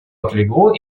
отлегло